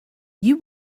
you